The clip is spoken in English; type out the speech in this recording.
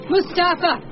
Mustafa